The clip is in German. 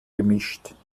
gemischt